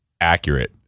accurate